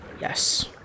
Yes